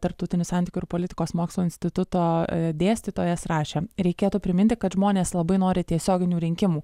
tarptautinių santykių ir politikos mokslų instituto dėstytojas rašė reikėtų priminti kad žmonės labai nori tiesioginių rinkimų